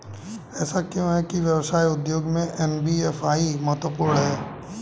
ऐसा क्यों है कि व्यवसाय उद्योग में एन.बी.एफ.आई महत्वपूर्ण है?